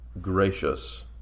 gracious